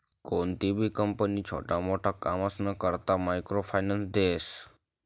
कोणतीबी कंपनी छोटा मोटा कामसना करता मायक्रो फायनान्स देस